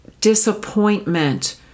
disappointment